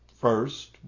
first